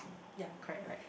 ya correct right